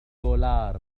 دولار